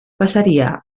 passaria